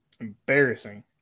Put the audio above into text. Embarrassing